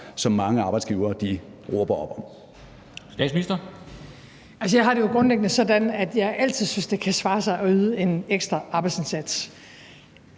som mange arbejdsgivere råber op om?